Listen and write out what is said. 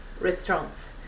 restaurants